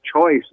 choice